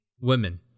women